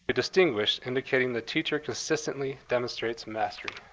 distinguished, indicating the teacher consistently demonstrated mastery.